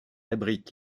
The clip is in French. abrite